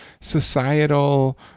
societal